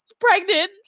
pregnant